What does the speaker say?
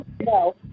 No